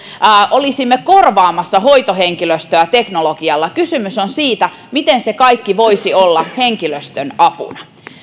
olisimme korvaamassa hoitohenkilöstöä teknologialla kysymys on siitä miten se kaikki voisi olla henkilöstön apuna